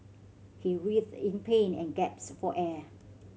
he writhed in pain and gasps for air